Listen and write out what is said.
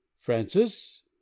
francis